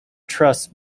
trust